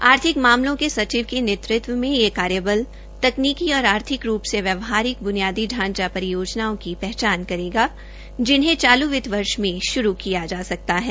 आर्थिक मामलों के सचिव के नेतृत्व में यह कार्यबल तकनीकी और आर्थिक रूप से व्यावहारिक बुनियादी ढांचा परियोजनाओं की पहचान करेगा जिन्हें चालू वित्त वर्ष में शुरू किया जा सकता है